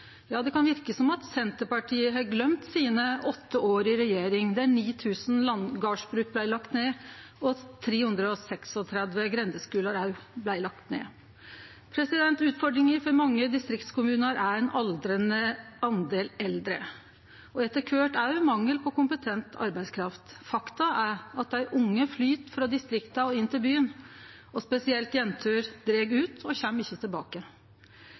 Ja, det kan verke som at Senterpartiet har gløymt sine åtte år i regjering – der 9 000 gardsbruk blei lagde ned, og 336 grendeskular òg blei lagde ned. Utfordringa for mange distriktskommunar er ein aldrande del eldre og etter kvart òg mangel på kompetent arbeidskraft. Fakta er at dei unge flyttar frå distrikta inn til byen. Spesielt jenter dreg ut og kjem ikkje tilbake.